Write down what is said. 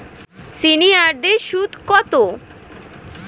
সিনিয়ারদের সুদ কত?